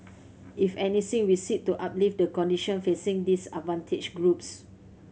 if anything we seek to uplift the condition facing disadvantaged groups